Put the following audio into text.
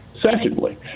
secondly